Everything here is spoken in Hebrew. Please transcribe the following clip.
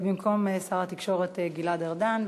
במקום שר התקשורת גלעד ארדן.